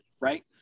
right